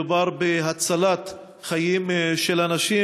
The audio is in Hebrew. מדובר בהצלת חיים של אנשים,